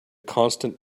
constant